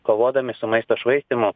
kovodami su maisto švaistymu